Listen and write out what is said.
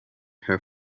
her